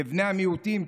לבני המיעוטים,